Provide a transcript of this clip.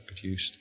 produced